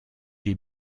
les